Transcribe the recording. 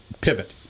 pivot